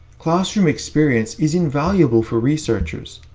classroom experience is invaluable for researchers,